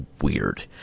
weird